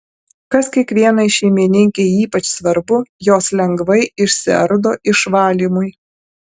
kas kiekvienai šeimininkei ypač svarbu jos lengvai išsiardo išvalymui